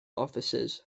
offices